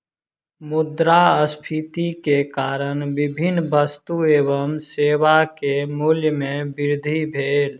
मुद्रास्फीति के कारण विभिन्न वस्तु एवं सेवा के मूल्य में वृद्धि भेल